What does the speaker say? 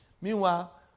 meanwhile